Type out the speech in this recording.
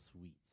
sweet